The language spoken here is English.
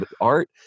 art